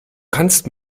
kannst